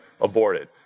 aborted